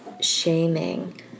shaming